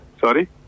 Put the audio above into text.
Sorry